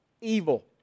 Evil